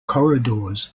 corridors